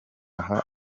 aha